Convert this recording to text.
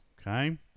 Okay